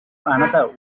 another